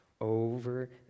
over